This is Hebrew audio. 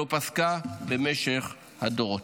לא פסקה במשך הדורות.